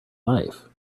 life